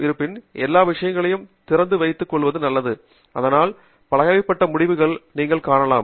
இருப்பினும் எல்லா விஷயங்களையும் திறந்து வைத்துக் கொள்வது நல்லது அதனால் பலவகைப்பட்ட முடிவுகளை நீங்கள் காணலாம்